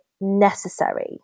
necessary